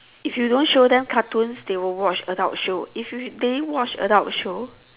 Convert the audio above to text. if you don't show them cartoons they would watch adult show if you they watch adult show